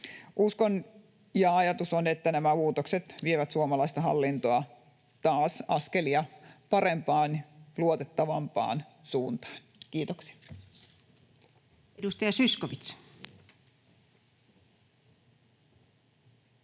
Uskon ja ajatus on, että nämä muutokset vievät suomalaista hallintoa taas askelia parempaan, luotettavampaan suuntaan. — Kiitoksia. Edustaja Zyskowicz.